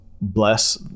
bless